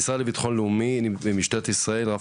משרד לביטחון לאומי ומשטרת ישראל רב